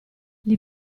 gli